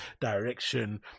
direction